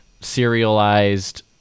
serialized